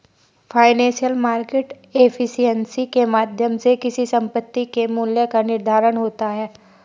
financial market efficiency के माध्यम से किसी संपत्ति के मूल्य का निर्धारण होता है